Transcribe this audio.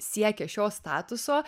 siekia šio statuso